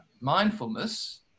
mindfulness